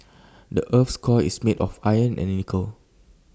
the Earth's core is made of iron and nickel